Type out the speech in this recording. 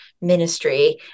ministry